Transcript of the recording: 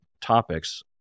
topics